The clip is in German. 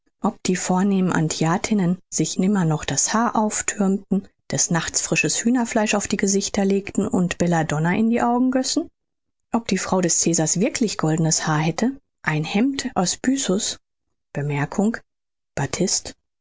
ob die vornehmen antiatinnen sich immer noch das haar aufthürmten des nachts frisches hühnerfleisch auf die gesichter legten und belladonna in die augen gössen ob die frau des cäsars wirklich goldenes haar hätte ein hemd aus byssus